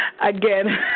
again